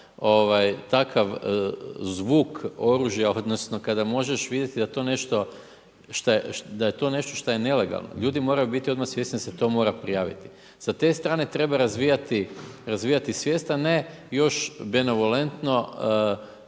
takav zvuk oružja odnosno kada možeš vidjeti da je to nešto što je nelegalno, ljudi moraju odmah biti svjesni da se to mora prijaviti. Sa tre strane treba razvijati svijest, a ne još benevolentno